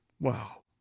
Wow